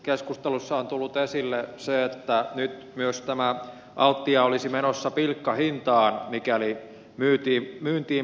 keskustelussa on tullut esille se että nyt myös tämä altia olisi menossa pilkkahintaan mikäli myyntiin päädyttäisiin